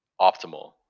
optimal